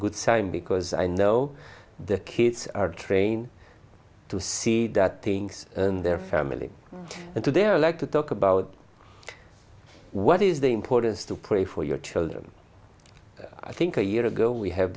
good sign because i know the kids are trained to see that things and their family and so they're allowed to talk about what is the importance to pray for your children i think a year ago we have